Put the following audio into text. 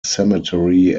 cemetery